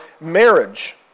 marriage